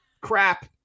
crap